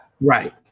right